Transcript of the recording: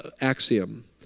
axiom